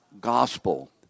gospel